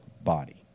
body